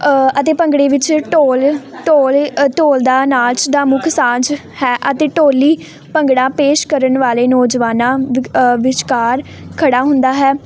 ਅਤੇ ਭੰਗੜੇ ਵਿੱਚ ਢੋਲ ਢੋਲ ਅ ਢੋਲ ਦਾ ਨਾਚ ਦਾ ਮੁੱਖ ਸਾਂਝ ਹੈ ਅਤੇ ਢੋਲੀ ਭੰਗੜਾ ਪੇਸ਼ ਕਰਨ ਵਾਲੇ ਨੌਜਵਾਨਾਂ ਵਿਕ ਵਿਚਕਾਰ ਖੜ੍ਹਾ ਹੁੰਦਾ ਹੈ